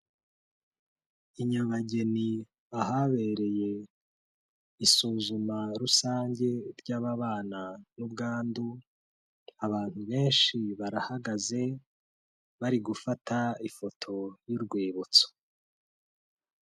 I Nyabageni ahabereye isuzuma rusange ry' ababana n'ubwandu, abantu benshi barahagaze bari gufata ifoto y'urwibutso.